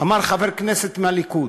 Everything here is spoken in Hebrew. אמר חבר כנסת מהליכוד: